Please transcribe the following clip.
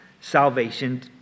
salvation